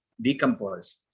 decompose